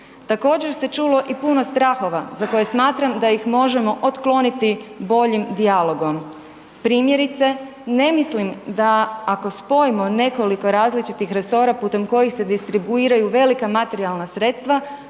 Također se čulo i puno strahova za koje smatram da ih možemo otkloniti boljim dijalogom. Primjerice, ne mislim da ako spojimo nekoliko različitih resora putem kojih se distribuiraju velika materijalna sredstva